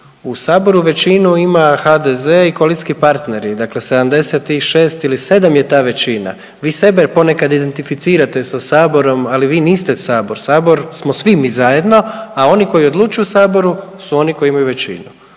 u saboru većinu ima HDZ i koalicijski partneri, dakle 76 ili '7 je ta većina, vi sebe ponekad identificirate sa saborom, ali vi niste sabor, sabor smo svi mi zajedno, a oni koji odlučuju u saboru su oni koji imaju većinu,